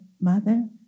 mother